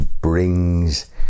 brings